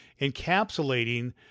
encapsulating